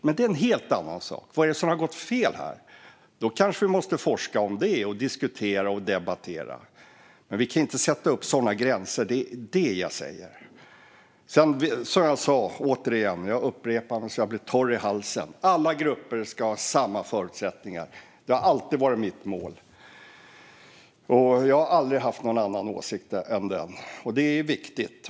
Men det är en helt annan sak, och då måste vi kanske forska om vad som har gått fel och diskutera och debattera det. Det jag säger är att vi inte kan sätta upp sådana gränser. Jag upprepar så jag blir torr i halsen: Alla grupper ska ha samma förutsättningar. Det har alltid varit mitt mål, och jag har aldrig haft någon annan åsikt än den. Detta är viktigt.